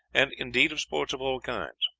and, indeed, of sport of all kinds.